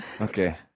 Okay